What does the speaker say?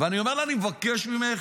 ואני אומר לה: אני מבקש ממך